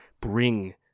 bring